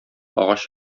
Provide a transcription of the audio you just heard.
агач